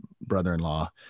brother-in-law